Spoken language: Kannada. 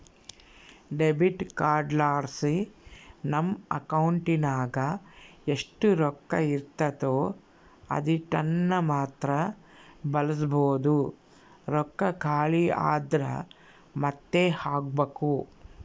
ಡೆಬಿಟ್ ಕಾರ್ಡ್ಲಾಸಿ ನಮ್ ಅಕೌಂಟಿನಾಗ ಎಷ್ಟು ರೊಕ್ಕ ಇರ್ತತೋ ಅದೀಟನ್ನಮಾತ್ರ ಬಳಸ್ಬೋದು, ರೊಕ್ಕ ಖಾಲಿ ಆದ್ರ ಮಾತ್ತೆ ಹಾಕ್ಬಕು